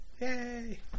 Yay